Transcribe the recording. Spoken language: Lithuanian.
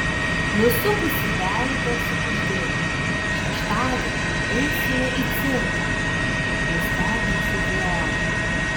nusukusi veidą sukuždėjo šeštadienį eisime į cirką nustebinsiu violą